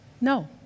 No